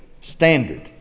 standard